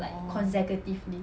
orh